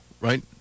right